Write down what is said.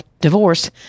divorce